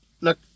Look